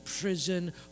prison